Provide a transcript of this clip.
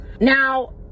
Now